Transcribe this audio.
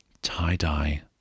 tie-dye